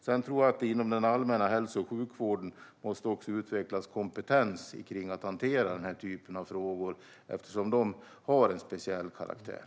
Jag tror att det inom den allmänna hälso och sjukvården måste utvecklas kompetens för att hantera denna typ av frågor, eftersom de har en speciell karaktär.